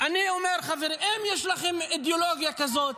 אני אומר, חברים, אם יש לכם אידיאולוגיה כזאת